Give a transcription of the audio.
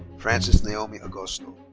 francis naomi agosto.